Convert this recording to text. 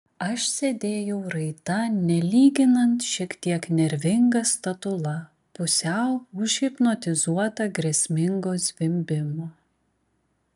aš sėdėjau raita nelyginant šiek tiek nervinga statula pusiau užhipnotizuota grėsmingo zvimbimo